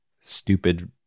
stupid